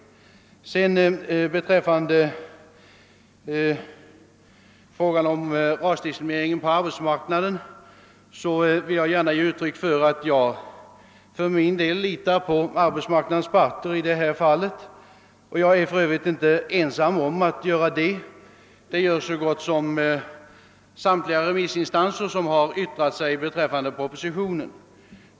Vad sedan beträffar rasdiskriminering på arbetsmarknaden vill jag gärna uttrycka att jag för min del litar på arbetsmarknadens parter. Jag är för övrigt inte ensam om att göra det — det gör så gott som samtliga remissinstanser som har yttrat sig i frågan.